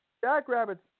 Jackrabbits